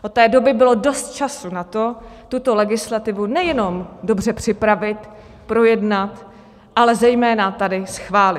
Od té doby bylo dost času na to, tuto legislativu nejenom dobře připravit, projednat, ale zejména tady schválit.